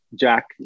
Jack